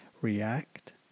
react